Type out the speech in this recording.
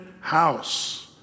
house